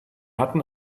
hatten